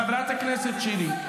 --- חברת הכנסת שירי.